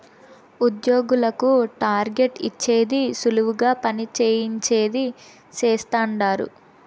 ఉద్యోగులకు టార్గెట్ ఇచ్చేది సులువుగా పని చేయించేది చేస్తండారు